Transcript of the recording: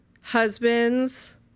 husband's